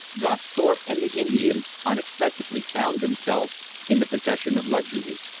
thus thorpe and the indian unexpectedly found themselves in the possession of luxury.